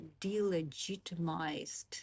delegitimized